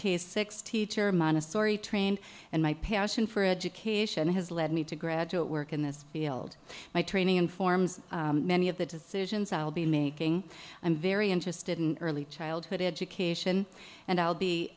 k six teacher montessori trained and my passion for education has led me to graduate work in this field my training informs many of the decisions i'll be making i'm very interested in early childhood education and i'll be